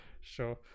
sure